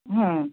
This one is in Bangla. হ্যাঁ